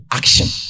action